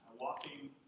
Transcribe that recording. walking